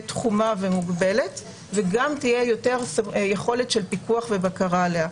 תחומה ומוגבלת וגם תהיה יותר יכולת של פיקוח ובקרה עליה.